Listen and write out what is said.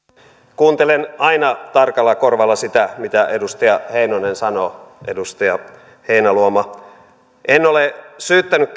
kuuntelen aina tarkalla korvalla sitä mitä edustaja heinonen sanoo edustaja heinäluoma en ole syyttänyt